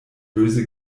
böse